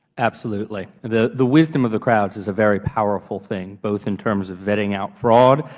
absolutely. the the wisdom of the crowds is a very powerful thing, both in terms of vetting out fraud,